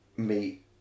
meet